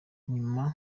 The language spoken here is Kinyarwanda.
nyuma